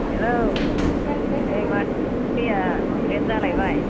hello ओइ माथो दैया लेट जालायबाय